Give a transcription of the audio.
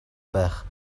байх